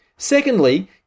Secondly